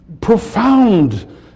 profound